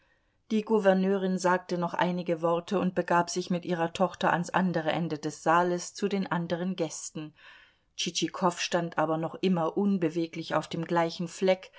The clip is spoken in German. die gouverneurin sagte noch einige worte und begab sich mit ihrer tochter ans andere ende des saales zu den anderen gästen tschitschikow stand aber noch immer unbeweglich auf dem gleichen fleck